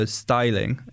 styling